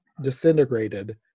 disintegrated